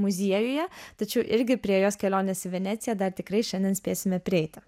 muziejuje tačiau irgi prie jos kelionės į venecija dar tikrai šiandien spėsime prieiti